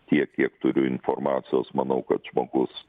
tiek kiek turiu informacijos manau kad žmogus